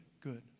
good